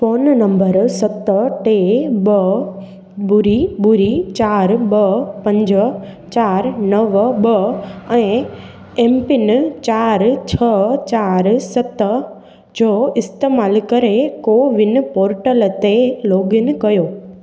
phone number सत टे ॿ ॿुड़ी ॿुड़ी चारि ॿ पंज चारि नव ॿ ऐं एमपिन चारि छह चारि सत जो इस्तेमाल करे कोविन पोर्टल ते लोगइन कयो